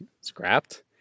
scrapped